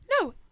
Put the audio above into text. no